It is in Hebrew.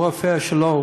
הוא רופא שלו,